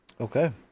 Okay